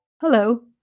Hello